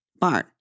barn